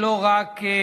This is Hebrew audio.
נאור שירי,